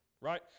right